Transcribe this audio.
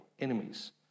enemies